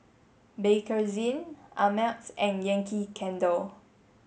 Bakerzin Ameltz and Yankee Candle